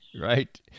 Right